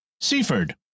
Seaford